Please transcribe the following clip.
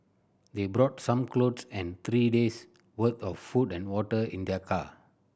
they brought some clothes and three days worth of food and water in their car